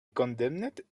condemned